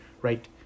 right